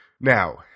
Now